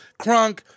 crunk